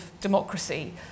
democracy